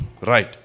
Right